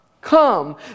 come